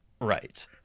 Right